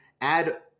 add